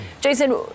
Jason